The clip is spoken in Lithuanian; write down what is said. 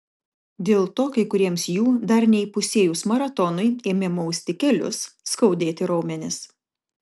dėl to kai kuriems jų dar neįpusėjus maratonui ėmė mausti kelius skaudėti raumenis